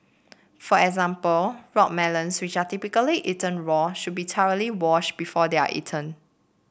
for example rock melons which are typically eaten raw should be thoroughly washed before they are eaten